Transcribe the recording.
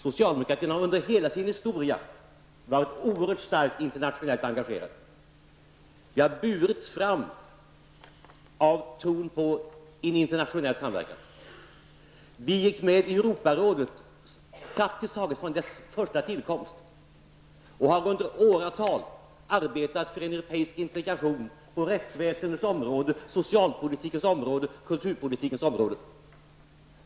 Socialdemokratin har under hela sin historia varit oerhört starkt internationellt engagerad och har burits fram av tron på en internationell samverkan. Vi gick med i Europarådet praktiskt taget vid dess tillkomst, och vi har under åratal arbetat för en europeisk integration på rättsväsendets område, socialpolitikens område och på kulturpolitikens område.